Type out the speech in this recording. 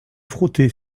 frotter